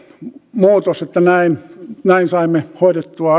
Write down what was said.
muutos että näin näin saimme hoidettua